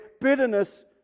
bitterness